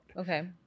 okay